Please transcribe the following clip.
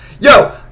Yo